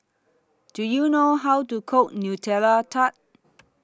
Do YOU know How to Cook Nutella Tart